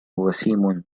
وسيم